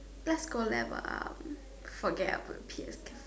let's go level up forget about PS cafe